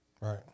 Right